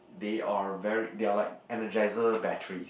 they are very they are like Energizer batteries